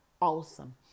awesome